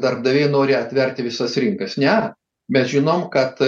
darbdaviai nori atverti visas rinkas ne mes žinom kad